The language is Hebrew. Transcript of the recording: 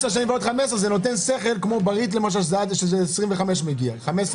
10 ועוד 15 שנים עושה שכל כמו ב-ריט למשל שזה מגיע עד ל-25.